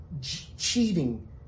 cheating